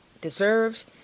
deserves